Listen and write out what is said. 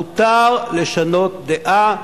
מותר לשנות דעה,